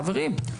חברים,